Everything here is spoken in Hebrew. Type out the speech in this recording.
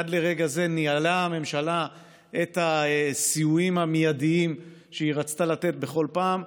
עד לרגע זה ניהלה הממשלה את הסיוע המיידי שהיא רצתה לתת בכל פעם,